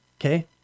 okay